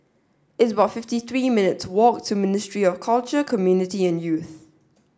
it's about fifty three minutes' walk to Ministry of Culture Community and Youth